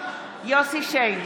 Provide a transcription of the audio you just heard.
יוסף שיין,